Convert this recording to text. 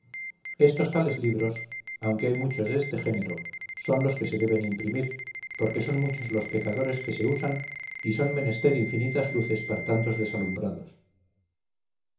estos tales libros aunque hay muchos deste género son los que se deben imprimir porque son muchos los pecadores que se usan y son menester infinitas luces para tantos desalumbrados